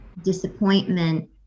disappointment